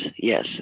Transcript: yes